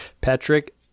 Patrick